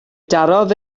darodd